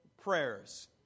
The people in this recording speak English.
prayers